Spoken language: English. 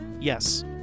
yes